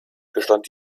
gestand